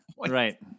Right